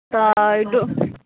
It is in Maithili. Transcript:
तऽ डो